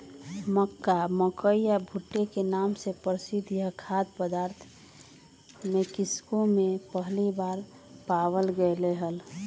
मक्का, मकई या भुट्टे के नाम से प्रसिद्ध यह खाद्य पदार्थ मेक्सिको में पहली बार पावाल गयले हल